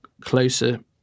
closer